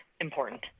important